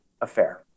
affair